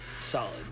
Solid